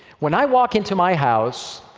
when i walk into my house,